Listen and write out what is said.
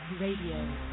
Radio